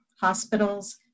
hospitals